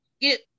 get